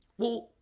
well,